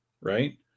right